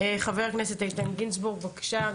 חבר הכנסת איתן גינזבורג בבקשה,